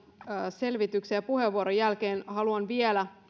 selvityksen ja puheenvuoron jälkeen haluan vielä